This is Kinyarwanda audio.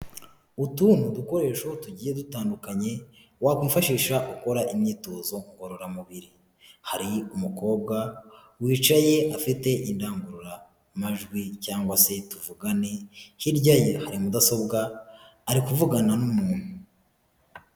Utu ni dukoresho tugiye dutandukanye wakwifashisha ukora imyitozo ngororamubiri, hari umukobwa wicaye afite indangururamajwi cyangwa se tuvugane hirya ye hari mudasobwa ari kuvugana n'umuntu.